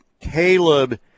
Caleb